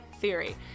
Theory